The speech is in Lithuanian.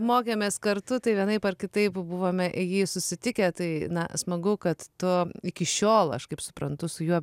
mokėmės kartu tai vienaip ar kitaip buvome jį susitikę tai na smagu kad tu iki šiol aš kaip suprantu su juo